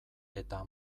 eta